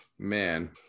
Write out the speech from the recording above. Man